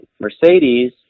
mercedes